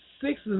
six